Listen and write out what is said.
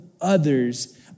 others